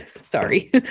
Sorry